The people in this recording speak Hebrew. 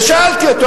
ושאלתי אותו,